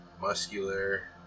muscular